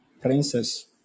Princess